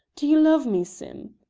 do you love me, sim?